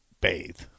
bathe